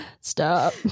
Stop